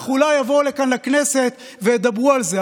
ואחר כך אולי יבואו לכאן לכנסת וידברו על זה,